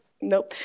Nope